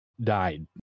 died